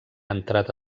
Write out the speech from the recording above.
entrat